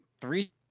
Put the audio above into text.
three